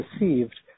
received